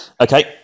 Okay